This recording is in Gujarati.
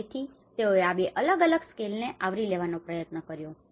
તેથી તેઓએ આ બે અલગ અલગ સ્કેલને તેને આવરી લેવાનો પ્રયત્ન કર્યો છે